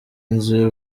nzi